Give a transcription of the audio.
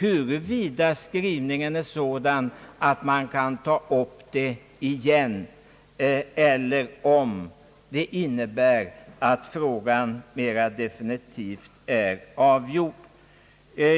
har det väl då inte heller någon större betydelse om skrivningen är sådan att man kan ta upp ärendet igen eller om den innebär att frågan är definitivt avgjord.